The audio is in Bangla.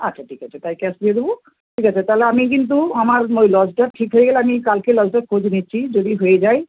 আচ্ছা ঠিক আছে তাই ক্যাশ দিয়ে দেবো ঠিক আছে তাহলে আমি কিন্তু আমার ওই লজটা ঠিক হয়ে গেলে আমি কালকে লজটার খোঁজ নিচ্ছি যদি হয়ে যায়